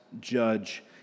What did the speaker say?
judge